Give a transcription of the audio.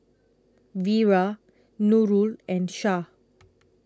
Wira Nurul and Shah